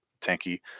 tanky